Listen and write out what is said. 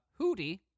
Hootie